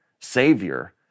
Savior